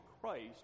Christ